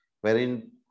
wherein